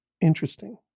Interesting